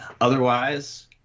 Otherwise